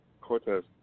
Cortez